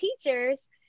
teachers